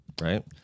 right